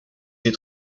ses